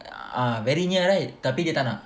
ah very near right tapi dia tak nak